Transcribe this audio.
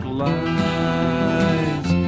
lies